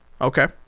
Okay